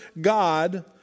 God